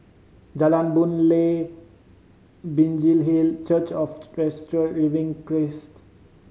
Jalan Boon Lay Binjai Hill Church of the Resurrected Living Christ